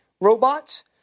robots